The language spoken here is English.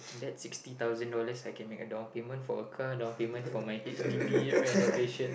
that sixty thousand dollar I can make a down payment for a car down payment for my h_d_b renovation